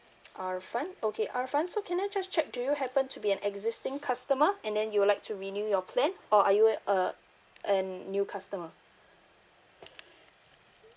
arfan okay arfan so can I just check do you happen to be an existing customer and then you'd like to renew your plan or are you uh an new customer